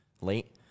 late